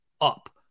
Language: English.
up